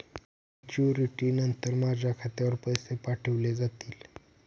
Maturity नंतर माझ्या खात्यावर पैसे पाठविले जातील?